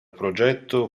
progetto